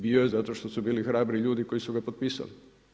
Bio je zato što su bili hrabri ljudi koji su ga potpisali.